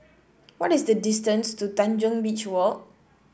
what is the distance to Tanjong Beach Walk